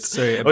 Sorry